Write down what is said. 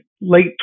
late